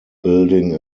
building